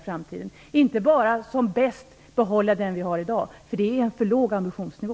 Vi skall inte bara som bäst behålla den miljöpolitik vi har i dag, för det är en för låg ambitionsnivå.